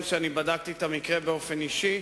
אציין שבדקתי את המקרה באופן אישי.